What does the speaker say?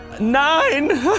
nine